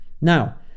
Now